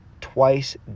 twice